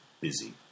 busy